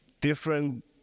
Different